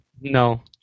No